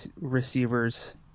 receivers